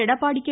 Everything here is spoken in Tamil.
எடப்பாடி கே